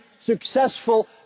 successful